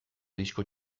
disko